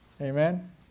Amen